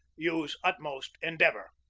use utmost endeavor.